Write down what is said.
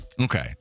okay